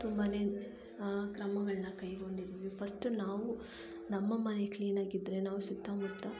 ತುಂಬಾ ಕ್ರಮಗಳನ್ನ ಕೈಗೊಂಡಿದ್ದೀವಿ ಫಸ್ಟ ನಾವು ನಮ್ಮ ಮನೆ ಕ್ಲೀನ್ ಆಗಿದ್ದರೆ ನಾವು ಸುತ್ತಮುತ್ತ